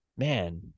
Man